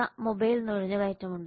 95 mobile നുഴഞ്ഞുകയറ്റമുണ്ട്